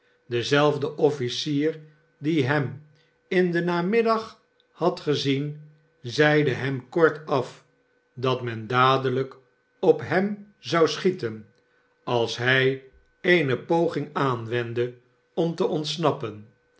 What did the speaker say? dezelfde officier die hem in deii namiddag had gezien zeide hem kortaf dat men dadelijk op hem zou schieten als hij eene poging aanwendde om te ontsnappen